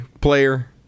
player